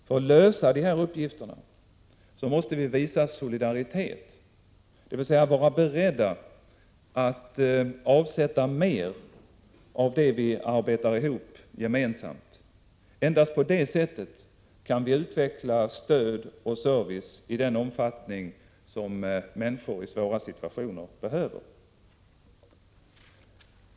För att klara dessa uppgifter måste vi visa solidaritet, dvs. vara beredda att avsätta mer av det vi arbetar ihop gemensamt. Endast på det sättet kan vi utveckla stöd och service i den omfattning som människor i svåra situationer behöver.